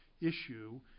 issue